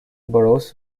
burroughs